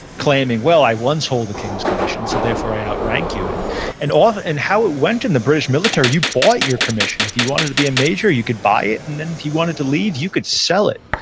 claiming, well, i once hold a king's commission, so therefore i outrank you, and and and how it went in the british military, you bought your commission. if you wanted to be a major, you could buy it, and then if you wanted to leave, you could sell it.